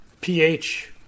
pH